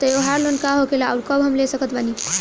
त्योहार लोन का होखेला आउर कब हम ले सकत बानी?